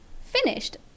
Finished